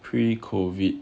pre-COVID